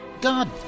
God